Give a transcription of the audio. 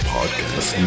Podcast